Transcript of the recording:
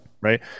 Right